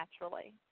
naturally